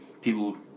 people